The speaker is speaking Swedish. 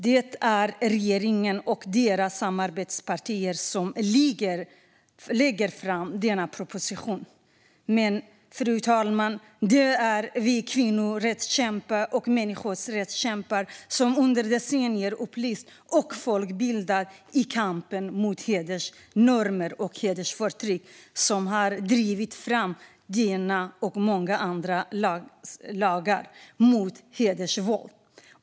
Det är regeringen och dess samarbetspartier som lägger fram denna proposition. Men det är vi kvinnokämpar och människorättskämpar, som under decennier har upplyst och folkbildat i kampen mot hedersnormer och hedersförtryck, som har drivit fram denna och många andra lagar mot hedersvåld.